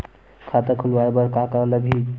खाता खुलवाय बर का का लगही?